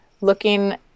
looking